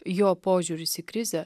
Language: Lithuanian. jo požiūris į krizę